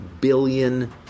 billion